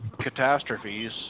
catastrophes